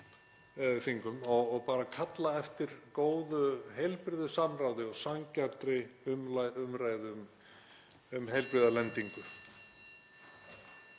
þingum og kalla eftir góðu, heilbrigðu samráði og sanngjarnri umræðu um heilbrigða lendingu.